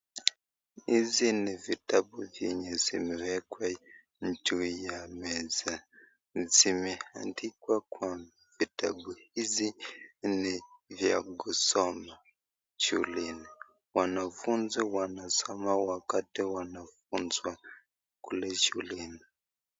Hizi ni vitabu zenye zimewekwa juu ya meza zimeandikwa vitabu hivi ni vya kusoma shuleni, wanafunzi wanasoma wakati wanafunzwa kule shuleni.